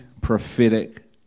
prophetic